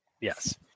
Yes